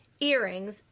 earrings